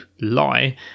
lie